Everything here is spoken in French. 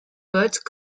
vote